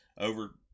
over